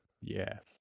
Yes